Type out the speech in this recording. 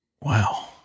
Wow